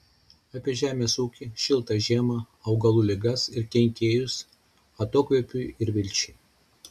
apie žemės ūkį šiltą žiemą augalų ligas ir kenkėjus atokvėpiui ir vilčiai